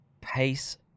pace